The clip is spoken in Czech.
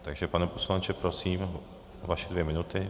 Takže pane poslanče, prosím, vaše dvě minuty.